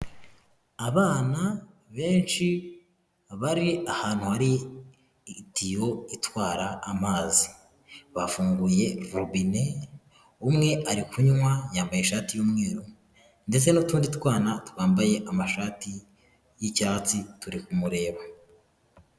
Abana benshi bari ahantu hari itiyo itwara amazi, bafunguye robine, umwe ari kunywa yambaye ishati y'umweru ndetse n'utundi twana twambaye amashati y'icyatsi turi kumureba.